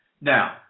Now